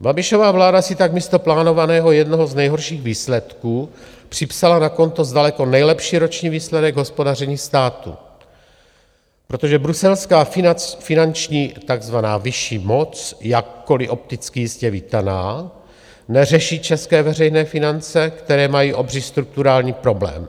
Babišova vláda si tak místo plánovaného jednoho z nejhorších výsledků připsala na konto daleko nejlepší roční výsledek hospodaření státu, protože bruselská finanční, takzvaná vyšší moc jakkoliv opticky jistě vítaná neřeší české veřejné finance, které mají obří strukturální problém.